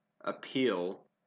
appeal